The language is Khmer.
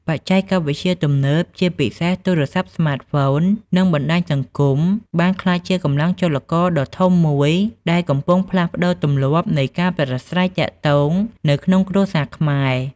បច្ចេកវិទ្យាទំនើប ជាពិសេស ទូរស័ព្ទស្មាតហ្វូន និងបណ្ដាញសង្គម បានក្លាយជាកម្លាំងចលករដ៏ធំមួយដែលកំពុងផ្លាស់ប្តូរទម្លាប់នៃការប្រាស្រ័យទាក់ទងនៅក្នុងគ្រួសារខ្មែរ។